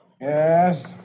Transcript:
Yes